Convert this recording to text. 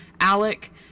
Alec